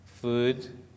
food